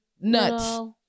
nuts